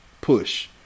Push